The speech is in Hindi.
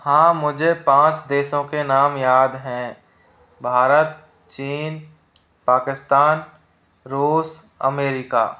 हाँ मुझे पाँच देशों के नाम याद हैं भारत चीन पाकिस्तान रूस अमेरिका